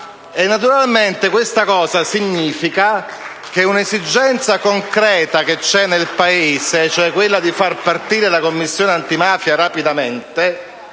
naturalmente che un'esigenza concreta che c'è nel Paese, cioè quella di far partire la Commissione antimafia rapidamente,